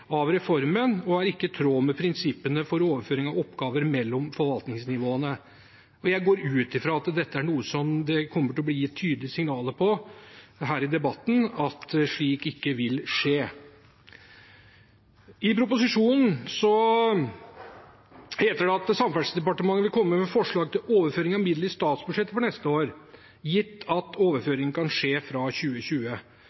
av reformen, og det er ikke i tråd med prinsippene for overføring av oppgaver mellom forvaltningsnivåene. Jeg går ut fra at dette er noe som det kommer til å bli gitt tydelige signaler om her i debatten, at det ikke vil skje. I proposisjonen heter det at Samferdselsdepartementet vil komme med forslag til overføring av midler i statsbudsjettet for neste år, gitt at